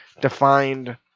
defined